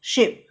ship